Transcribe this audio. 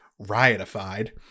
riotified